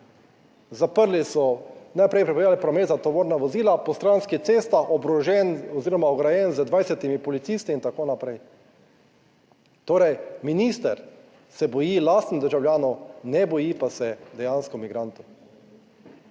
Zaprli so, najprej prepovedali promet za tovorna vozila po stranskih cestah, oborožen oziroma ograjen z 20 policisti in tako naprej. Torej, minister se boji lastnih državljanov, ne boji pa se dejansko migrantov,